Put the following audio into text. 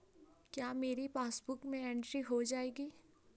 क्या मेरी पासबुक में एंट्री हो जाएगी?